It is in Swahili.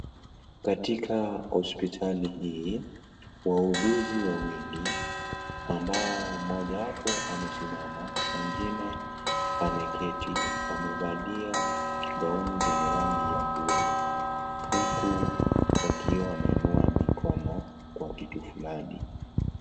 Katika hosipitali hii, wauguzi wawili, ambao mmojwapo amesimama, mwingine ameketi. Wamevalia gauni zenye rangi ya blue ,huku wakiwa wameinua mikono kwa kitu fulani.